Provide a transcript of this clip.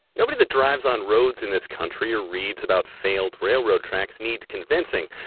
nobody that drives on roads in this country or reads about failed railroad tracks needs convincing,